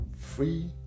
free